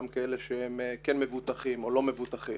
גם כאלה שהם כן מבוטחים או לא מבוטחים,